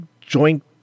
joint